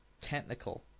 technical